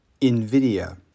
Nvidia